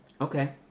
Okay